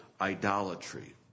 idolatry